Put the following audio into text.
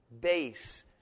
base